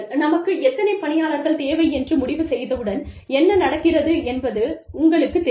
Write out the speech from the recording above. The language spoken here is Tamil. நமக்கு எத்தனை பணியாளர்கள் தேவை என்று முடிவு செய்தவுடன் என்ன நடக்கிறது என்பது உங்களுக்குத் தெரியும்